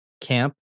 camp